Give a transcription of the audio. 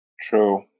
true